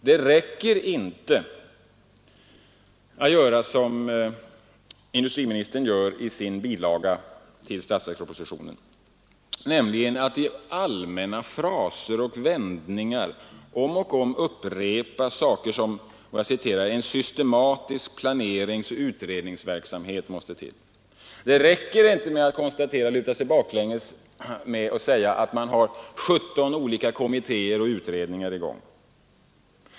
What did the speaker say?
Det räcker inte att som industriministern i bilagan till statsverkspropositionen i allmänna fraser och vändningar upprepa att man skall ha en ”systematisk planeringsoch utredningsverksamhet”. Det räcker inte med att luta sig bakåt och konstatera att det finns 17 olika kommittéer och utredningar i gång.